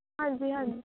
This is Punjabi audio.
ਹਾਂਜੀ ਹਾਂਜੀ